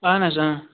اَہن حظ